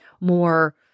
more